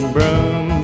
Broom